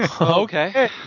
Okay